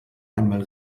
einmal